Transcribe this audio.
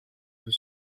veut